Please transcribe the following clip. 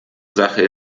sache